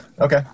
Okay